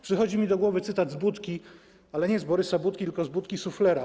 Przychodzi mi do głowy cytat z Budki, ale nie z Borysa Budki, tylko z Budki Suflera: